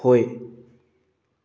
ꯍꯣꯏ